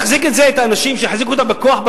שיחזיקו את האנשים בכוח,